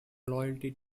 loyalty